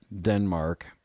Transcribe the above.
Denmark